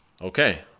Okay